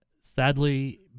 Sadly